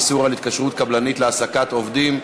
איסור על התקשרות קבלנית להעסקת עובדים).